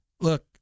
look